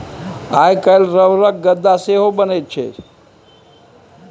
आइ काल्हि रबरक गद्दा सेहो बनैत छै